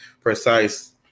precise